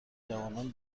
جوانان